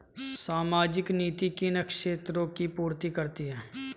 सामाजिक नीति किन क्षेत्रों की पूर्ति करती है?